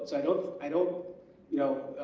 so i don't i don't you know